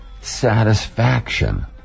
satisfaction